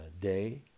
day